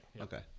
Okay